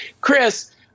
Chris